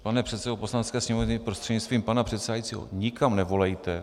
Pane předsedo Poslanecké sněmovny, prostřednictvím pana předsedajícího, nikam nevolejte.